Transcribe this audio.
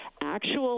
actual